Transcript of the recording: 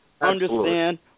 understand